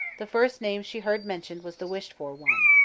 the first name she heard mentioned was the wished-for one.